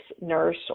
nurse